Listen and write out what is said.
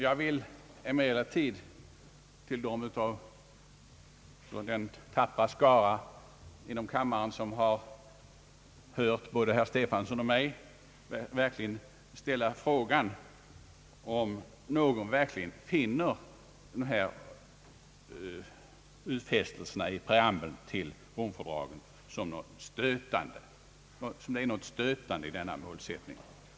Jag vill emellertid till den tappra skara i kammaren som har hört både herr Stefanson och mig ställa frågan om det verkligen finns något stötande i denna målsättning i preambeln till Rom-fördraget.